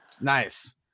Nice